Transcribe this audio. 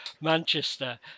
Manchester